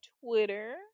twitter